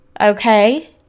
okay